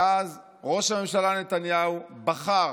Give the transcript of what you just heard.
ואז ראש הממשלה נתניהו בחר,